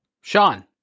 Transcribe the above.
Sean